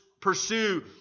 pursue